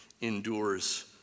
endures